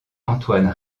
antoine